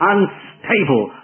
Unstable